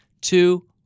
two